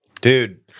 Dude